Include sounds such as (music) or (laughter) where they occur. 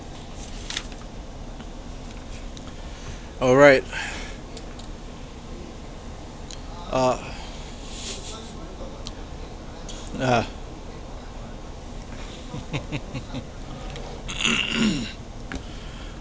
alright uh uh (laughs) (coughs)